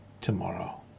tomorrow